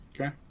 Okay